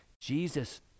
Jesus